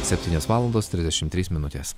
septynios valandos trisdešim trys minutės